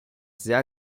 sehr